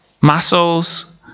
muscles